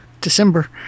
December